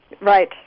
right